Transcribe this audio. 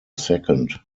second